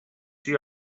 see